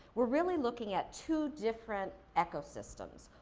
we're really looking at two different ecosystems.